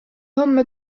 homme